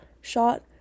shot